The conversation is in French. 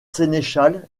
sénéchal